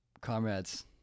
Comrades